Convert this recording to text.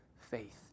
faith